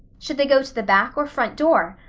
should they go to the back or front door?